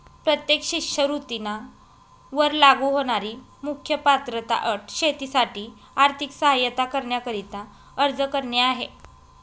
प्रत्येक शिष्यवृत्ती वर लागू होणारी मुख्य पात्रता अट शेतीसाठी आर्थिक सहाय्यता करण्याकरिता अर्ज करणे आहे